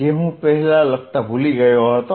જે હું પહેલા લખતા ભૂલી ગયો હતો